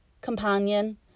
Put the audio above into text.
Companion